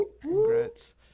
congrats